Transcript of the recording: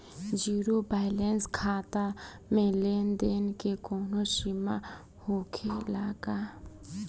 Zero balance खाता में लेन देन के कवनो सीमा होखे ला का?